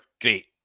great